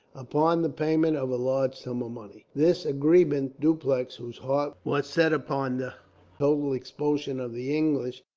upon the payment of a large sum of money. this agreement dupleix, whose heart was set upon the total expulsion of the english,